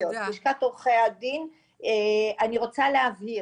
רוצה להבהיר,